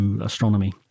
astronomy